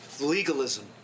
Legalism